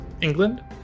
England